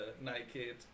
naked